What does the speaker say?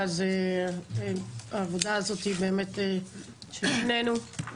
העבודה הזו היא באמת של שנינו,